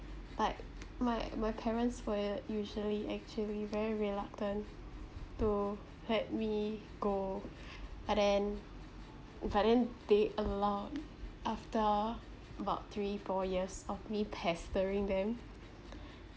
like my my parents they are usually actually very reluctant to let me go but then if I didn't they allowed after about three four years of me pestering them